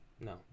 No